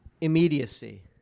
Immediacy